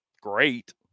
great